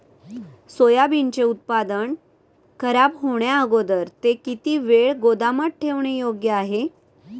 सोयाबीनचे उत्पादन खराब होण्याअगोदर ते किती वेळ गोदामात ठेवणे योग्य आहे?